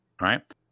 right